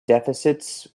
deficits